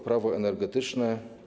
Prawo energetyczne.